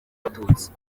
abatutsi